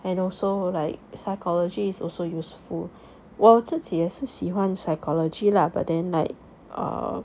and also like psychology is also useful 我自己也是喜欢 psychology lah but then like err